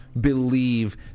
believe